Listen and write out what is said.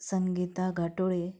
Sangeeta Ghatole